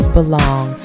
Belong